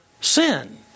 sin